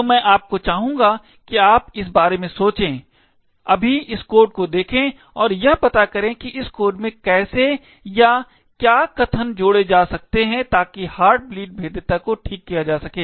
तो मैं आपको चाहूँगा कि अब आप इस बारे में सोंचे अभी इस कोड को देखें और यह पता करें कि इस कोड में कैसे या क्या कथन जोड़े जा सकते हैं ताकि हार्ट ब्लीड भेद्यता को ठीक किया जा सके